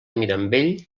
mirambell